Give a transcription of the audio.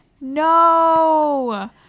No